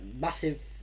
massive